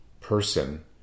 person